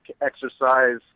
exercise